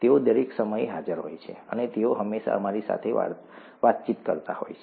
તેઓ દરેક સમયે હાજર હોય છે અને તેઓ હંમેશા અમારી સાથે વાતચીત કરતા હોય છે